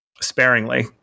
Sparingly